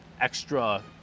extra